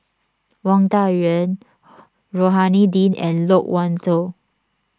Wang Dayuan Rohani Din and Loke Wan Tho